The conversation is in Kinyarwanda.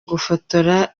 gufotora